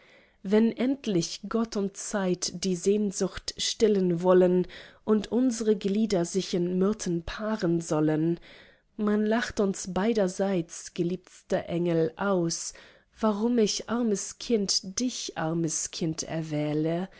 wenn endlich gott und zeit die sehnsucht stillen wollen und unsre glieder sich in myrten paaren sollen man lacht uns beiderseits geliebtster engel aus warum ich armes kind dich armes kind erwähle